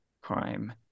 crime